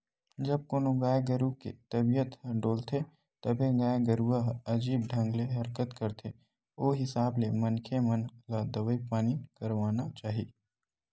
जब कोनो गाय गरु के तबीयत ह डोलथे तभे गाय गरुवा ह अजीब ढंग ले हरकत करथे ओ हिसाब ले मनखे मन ल दवई पानी करवाना चाही